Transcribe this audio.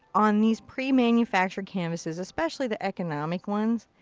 on these pre-manufactured canvases, especially the economic ones,